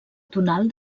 tonal